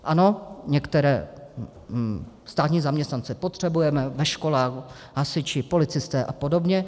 Ano, některé státní zaměstnance potřebujeme ve škole, hasiči, policisté apod.